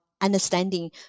understanding